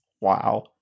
Wow